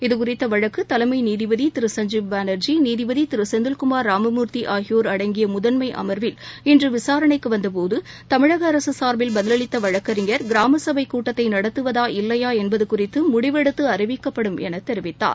இதுகுறித்த வழக்கு தலைமை நீதிபதி சஞ்சீவ் பானர்ஜி நீதிபதி செந்தில்குமார் ராமமூர்த்தி ஆகியோர் அடங்கிய முதன்மை அமர்வில் இன்று விசாரணைக்கு வந்தபோது தமிழக அரசு சார்பில் பதிலளித்த வழக்கறிஞர் கிராமசபை கூட்டத்தை நடத்துவதா இல்லையா என்பது குறித்து முடிவெடுத்து அறிவிக்கப்படும் என தெரிவித்தார்